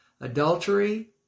Adultery